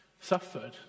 suffered